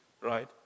Right